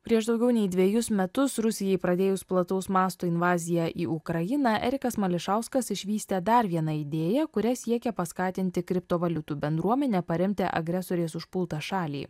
prieš daugiau nei dvejus metus rusijai pradėjus plataus masto invaziją į ukrainą erikas mališauskas išvystė dar vieną idėją kuria siekia paskatinti kriptovaliutų bendruomenę paremti agresorės užpultą šalį